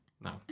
no